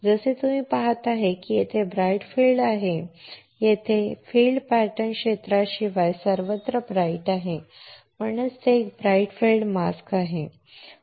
जसे तुम्ही पहात आहात की येथे ब्राइट फील्ड आहे येथे फील्ड पॅटर्न क्षेत्राशिवाय सर्वत्र ब्राइट आहे आणि म्हणूनच ते एक ब्राइट फील्ड मास्कआहे